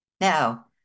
Now